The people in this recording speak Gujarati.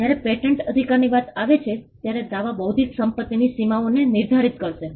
જયારે પેટન્ટ અધિકારની વાત આવે છે ત્યારે દાવા બૌદ્ધિક સંપત્તિની સીમાઓને નિર્ધારિત કરશે